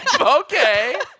Okay